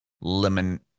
lemon